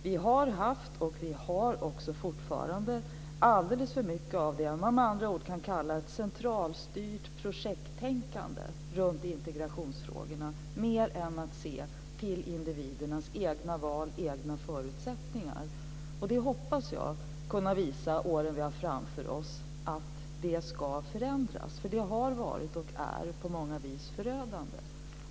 Vi har haft, och har också fortfarande, alldeles för mycket av det som man med andra ord kan kalla för ett centralstyrt projekttänkande runt integrationsfrågorna mer än att vi ser till individernas egna val och egna förutsättningar. Åren som vi har framför oss hoppas jag kunna visa att det ska förändras, för det har varit, och är på många vis, förödande.